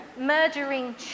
murdering